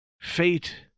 Fate